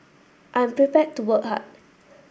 I'm prepared to work hard